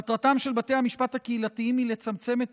מטרתם של בתי המשפט הקהילתיים היא לצמצם את